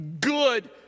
good